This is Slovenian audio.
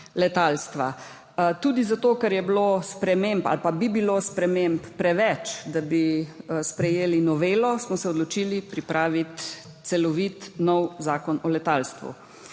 letalstva. Tudi zato, ker je bilo sprememb ali pa bi bilo sprememb preveč, da bi sprejeli novelo, smo se odločili pripraviti celovit nov Zakon o letalstvu.